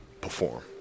Perform